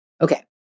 Okay